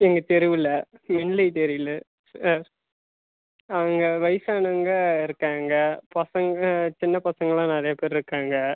எங்கள் தெருவில் மின்லைட்டு எரியவில சார் அங்கே வயிசானவங்க இருக்காங்க பசங்க சின்ன பசங்கள்லாம் நிறையா பேர் இருக்காங்க